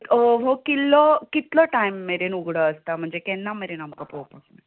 हो किल्लो कितलो टायम मेरेन उघडो आसता म्हणजे केन्ना मेरेन आमकां पळोवपाक